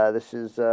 ah this is ah.